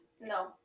No